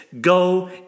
go